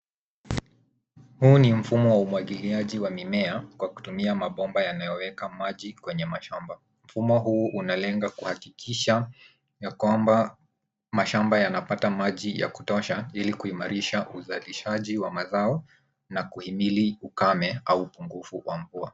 Huu ni mfumo wa umwagiliaji wa mimea kwa kutumia mabomba yanayoweka maji kwenye mashamba. Mfumo huu unalenga kuhakikisha ya kwamba mashamba yanapata maji ya kutosha ili kuimarisha uzalishaji wa mazao na kuhimili ukame au upungufu wa mvua.